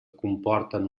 comporten